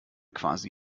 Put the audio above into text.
quasi